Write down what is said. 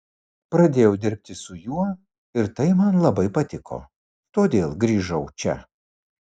pradėjau dirbi su juo ir tai man labai patiko todėl grįžau čia